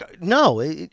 no